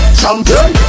champion